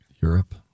europe